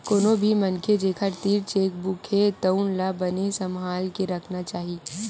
कोनो भी मनखे जेखर तीर चेकबूक हे तउन ला बने सम्हाल के राखना चाही